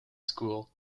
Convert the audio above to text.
school